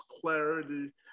clarity